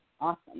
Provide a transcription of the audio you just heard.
Awesome